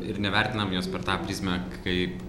ir nevertinam jos per tą prizmę kaip